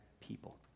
people